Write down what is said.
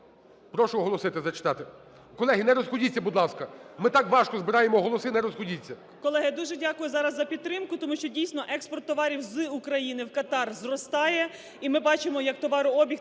Прошу оголосити, зачитати. Колеги, не розходіться, будь ласка. Ми так важко збираємо голоси, не розходіться.